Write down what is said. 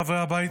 חברי הבית,